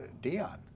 Dion